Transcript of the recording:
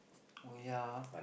oh ya ah